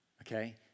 okay